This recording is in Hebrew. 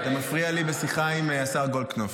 אתה מפריע לי בשיחה עם השר גולדקנופ.